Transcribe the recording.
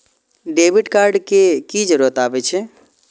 Debit card के की जरूर आवे छै?